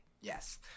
Yes